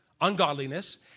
Ungodliness